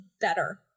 better